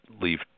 leave